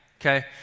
okay